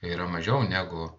yra mažiau negu